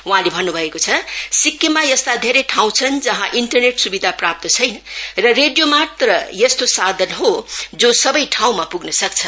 वहाँले भन्नु भएको छ सिक्किममा यस्ता धेरै ठाउँ छन् जहाँ इन्टरनेट सुविधा प्राप्त छैन र रेडियो मात्र यस्तो माध्यम हो सबै ठाउँमा पुग्नसक्छ